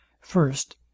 First